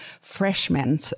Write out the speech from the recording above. freshmen